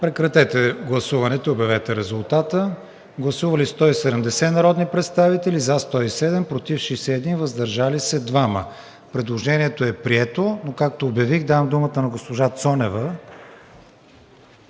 прекратяване на дебатите. Гласували 170 народни представители: за 107, против 61, въздържали се 2. Предложението е прието. Както обявих, давам думата на госпожа Цонева